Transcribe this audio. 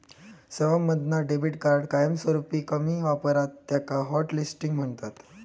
सेवांमधना debit card कायमस्वरूपी कमी वापरतत त्याका हॉटलिस्टिंग म्हणतत